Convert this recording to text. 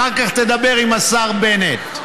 אחר כך תדבר עם השר בנט.